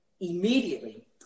immediately